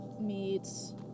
meats